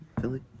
Philly